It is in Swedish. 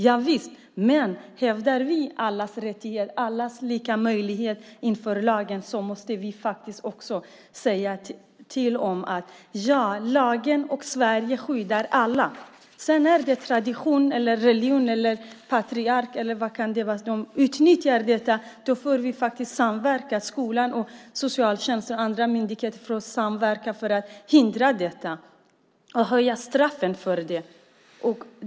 Javisst, men hävdar vi allas lika rättighet inför lagen måste vi också säga till om att lagen och Sverige skyddar alla. Om det är en tradition, en religion eller ett patriarkat som utnyttjar detta får skolan, socialtjänsten och andra myndigheter samverka för att hindra detta, och man får höja straffen för det.